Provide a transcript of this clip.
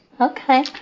Okay